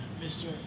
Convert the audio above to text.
Mr